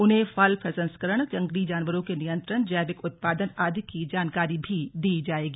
उन्हें फल प्रसंस्करण जंगली जानवरों के नियंत्रण जैविक उत्पादन आदि की जानकारी भी दी जाएगी